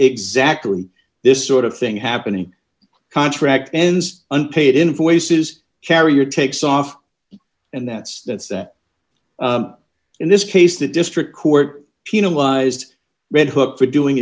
exactly this sort of thing happening contract ends unpaid invoices carrier takes off and that's that's that in this case the district court penalized red hook for doing